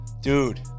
dude